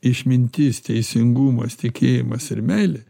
išmintis teisingumas tikėjimas ir meilė